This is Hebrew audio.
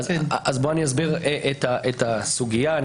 אני אסביר את הסוגייה.